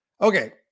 Okay